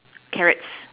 carrots